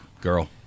Girl